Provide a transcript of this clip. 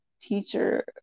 teacher